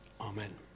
Amen